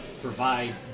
provide